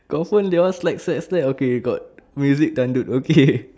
confirm they all slide slide slide okay got music dollop okay